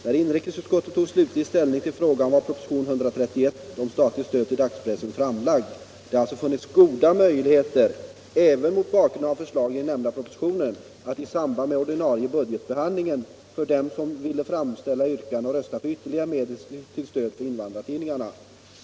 När inrikesutskottet tog slutlig ställning i frågan var propositionen 131 om statligt stöd till dagspressen framlagd. Det har alltså funnits goda möjligheter — även mot bakgrund av förslagen i den nämnda propositionen — att i samband med den ordinarie budgetbehandlingen för dem som så ville framställa yrkanden och rösta för ytterligare medel till stöd för invandrartidningar.